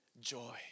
joy